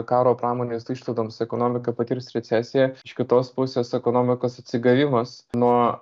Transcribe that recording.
karo pramonės išlaidoms ekonomika patirs recesiją iš kitos pusės ekonomikos atsigavimas nuo